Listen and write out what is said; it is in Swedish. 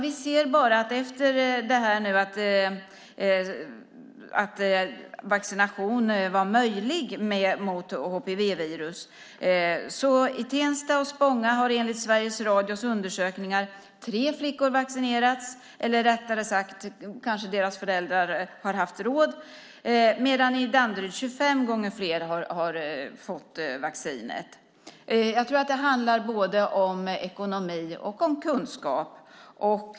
Vi ser, efter att det visat sig att vaccination var möjlig mot HPV-virus, att i Tensta och Spånga har enligt Sveriges Radios undersökning tre flickor vaccinerats - kanske deras föräldrar har haft råd. I Danderyd har 25 gånger fler fått vaccinet. Jag tror att det handlar både om ekonomi och om kunskap.